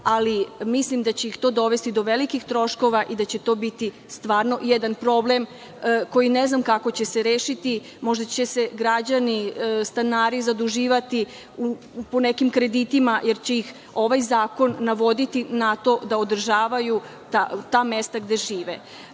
ali mislim da će ih to dovesti do velikih troškova i da će to biti stvarno jedan problem, koji ne znam kako će se rešiti. Možda će se stanari zaduživati po nekim kreditima, jer će ih ovaj zakon navoditi na to da održavaju ta mesta gde žive. Naš